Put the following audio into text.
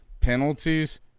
Penalties